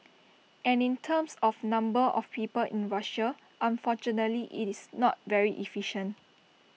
and in terms of number of people in Russia unfortunately IT is not very efficient